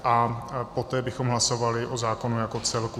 A poté bychom hlasovali o zákonu jako celku.